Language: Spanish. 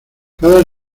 cada